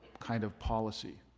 kind of policy.